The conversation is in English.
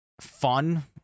fun